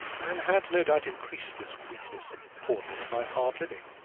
and had, no doubt, increased this weakness and poorness by hard living.